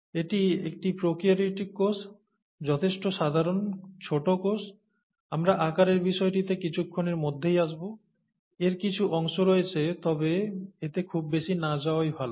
এটি একটি প্রোক্যারিওটিক কোষ যথেষ্ট সাধারণ ছোট কোষ আমরা আকারের বিষয়টিতে কিছুক্ষণের মধ্যেই আসব এর কিছু অংশ রয়েছে তবে এতে খুব বেশি না যাওয়াই ভালো